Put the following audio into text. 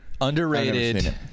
Underrated